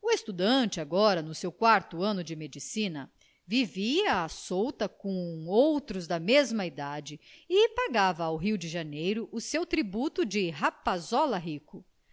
o estudante agora no seu quarto ano de medicina vivia à solta com outros da mesma idade e pagava ao rio de janeiro o seu tributo de rapazola rico